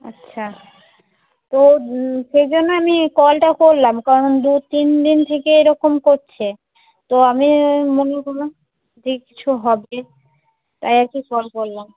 আচ্ছা তো সেই জন্য আমি কলটা করলাম কারণ দু তিন দিন থেকে এরকম করছে তো আমি মনে করলাম যে কিছু হবে তাই আমি কল করলাম